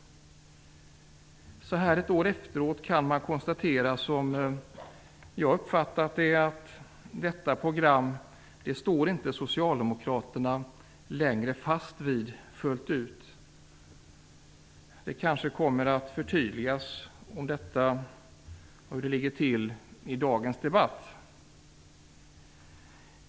Så här ett år efteråt kan man konstatera, som jag har uppfattat det, att Socialdemokraterna inte längre står fast vid detta program fullt ut. Det kanske kommer att förtydligas i dagens debatt hur detta ligger till.